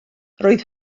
roedd